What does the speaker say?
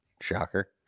Shocker